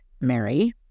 Mary